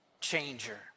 changer